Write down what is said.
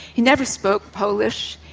he never spoke polish.